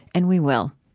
and we will.